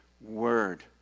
word